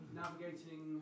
navigating